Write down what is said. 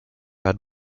had